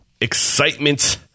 excitement